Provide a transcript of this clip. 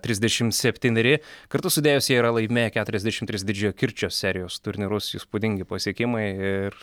tridešimt septyneri kartu sudėjus jie yra laimėję keturiasdešimt tris didžiojo kirčio serijos turnyrus įspūdingi pasiekimai ir